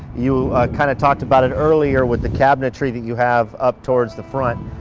you kind of talked about it earlier with the cabinetry that you have up towards the front.